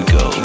go